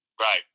Right